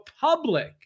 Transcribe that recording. public